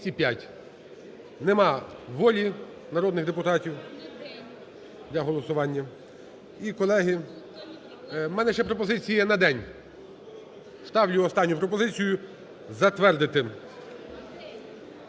Нема волі народних депутатів для голосування. І, колеги, у мене ще пропозиція є на день. Ставлю останню пропозицію затвердити